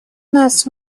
нас